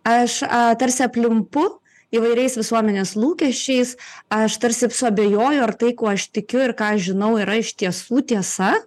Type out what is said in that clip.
aš tarsi aplimpu įvairiais visuomenės lūkesčiais aš tarsi suabejojo ar tai kuo aš tikiu ir ką aš žinau yra iš tiesų tiesa